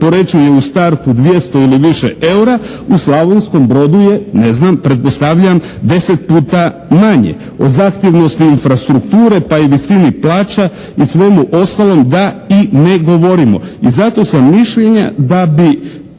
Poreču je u startu 200 ili više eura, u Slavonskom Brodu je ne znam, pretpostavljam 10 puta manje. O zahtjevnosti infrastrukture pa i visini plaća i svemu ostalom da i ne govorimo i zato sam mišljenja da bi